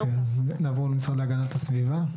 אוקיי, אז נעבור למשרד להגנת הסביבה.